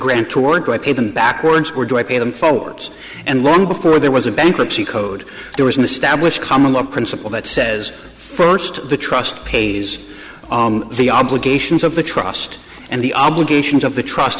grant to work i pay them back once were do i pay them forwards and long before there was a bankruptcy code there is an established common law principle that says first the trust pays the obligations of the trust and the obligations of the trust